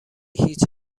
هیچ